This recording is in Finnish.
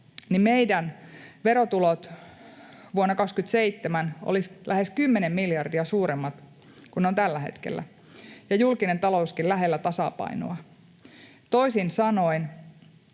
niin meidän verotulot vuonna 27 olisivat lähes kymmenen miljardia suuremmat kuin ne ovat tällä hetkellä ja julkinen talouskin lähellä tasapainoa. Toisin sanoen